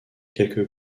quelques